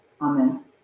Amen